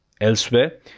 Elsewhere